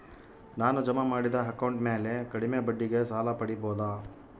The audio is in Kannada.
ನಾನು ಜಮಾ ಮಾಡಿದ ಅಕೌಂಟ್ ಮ್ಯಾಲೆ ಕಡಿಮೆ ಬಡ್ಡಿಗೆ ಸಾಲ ಪಡೇಬೋದಾ?